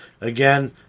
again